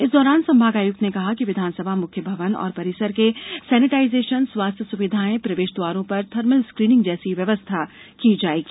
इस दौरान संभागायुक्त ने कहा कि विधानसभा मुख्य भवन और परिसर के सैनिटाइजेशन स्वास्थ्य सुविधाएं प्रवेश द्वारों पर थर्मल स्क्रीनिंग जैसी व्यवस्था की जाएगी